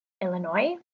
Illinois